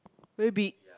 very big